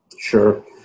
Sure